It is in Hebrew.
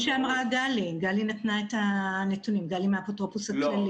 כפי שאמרה גלי גרוס מן האפוטרופוס הכללי שהציגה את הנתונים.